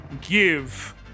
give